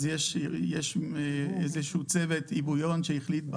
אז יש איזשהו צוות היגוי שהחליט,